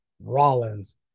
Rollins